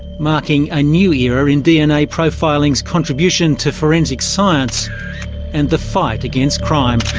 marking a new era in dna profiling's contribution to forensic science and the fight against crime.